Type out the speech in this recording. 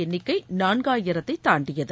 எண்ணிக்கைநான்காயிரத்தைதாண்டியது